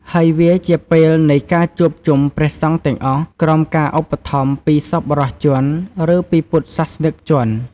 ហើយវាជាពេលនៃការជួបជុំព្រះសង្ឃទាំងអស់ ក្រោមការឧបត្ថម្ភពីសប្បុរសជន ឬពីពុទ្ធសាសនិកជន ។